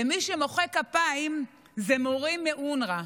ומי שמוחא כפיים הם מורים מאונר"א.